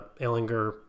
Ellinger